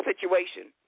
situation